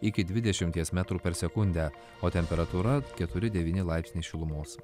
iki dvidešimties metrų per sekundę o temperatūra keturi devyni laipsniai šilumos